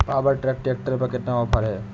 Power track tractor पर कितना offer है?